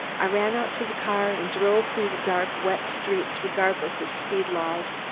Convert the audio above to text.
i ran out to the car and drove through the dark wet streets regardless of speed laws.